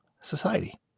society